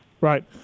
Right